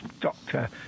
doctor